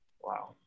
wow